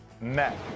met